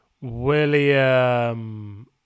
William